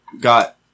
got